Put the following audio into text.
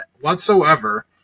whatsoever